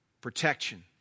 Protection